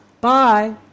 Bye